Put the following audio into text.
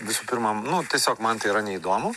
visų pirma nu tiesiog man tai yra neįdomu